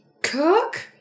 Cook